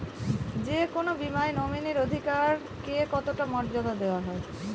যে কোনো বীমায় নমিনীর অধিকার কে কতটা মর্যাদা দেওয়া হয়?